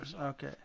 Okay